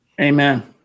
Amen